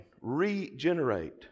Regenerate